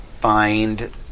find